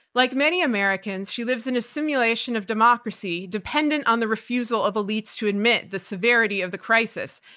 like many americans, she lives in a simulation of democracy, dependent on the refusal of elites to admit the severity of the crisis.